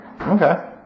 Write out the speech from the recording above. Okay